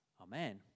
Amen